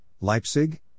Leipzig